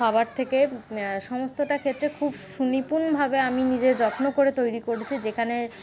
খাবার থেকে সমস্তটা ক্ষেত্রে খুব সুনিপুণভাবে আমি নিজের যত্ন করে তৈরি করেছি যেখানে